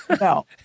no